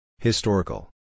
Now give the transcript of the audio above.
Historical